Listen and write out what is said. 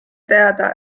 teada